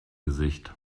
gesicht